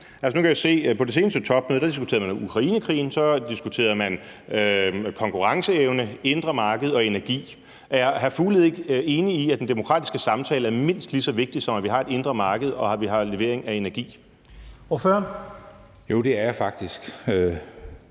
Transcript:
og nu kan jeg jo se, at man på det seneste topmøde diskuterede Ukrainekrigen, og at man så diskuterede konkurrenceevne, det indre marked og energi. Er hr. Mads Fuglede ikke enig i, at den demokratiske samtale er mindst lige så vigtig som det, at vi har et indre marked, og det, at vi har levering af energi? Kl. 15:44 Første næstformand